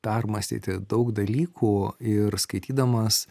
permąstyti daug dalykų ir skaitydamas